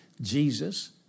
Jesus